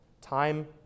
time